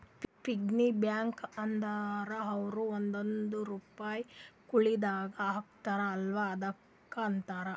piggy bank ಅಂದುರ್ ಅವ್ರು ಒಂದೊಂದ್ ರುಪೈ ಕುಳ್ಳಿದಾಗ ಹಾಕ್ತಾರ ಅಲ್ಲಾ ಅದುಕ್ಕ ಅಂತಾರ